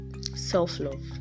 self-love